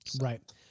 Right